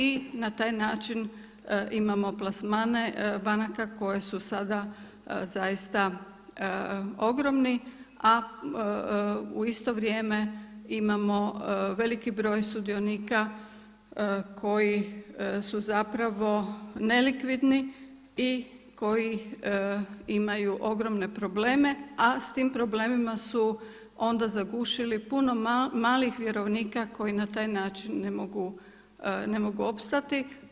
I na taj način imamo plasmane banaka koje su sada zaista ogromni a u isto vrijeme imamo veliki broj sudionika koji su zapravo ne likvidni i koji imaju ogromne probleme a s tim problemima su onda zagušili puno malih vjerovnika koji na taj način ne mogu opstati.